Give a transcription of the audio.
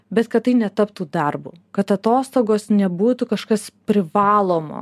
bet kad tai netaptų darbu kad atostogos nebūtų kažkas privalomo